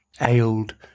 ailed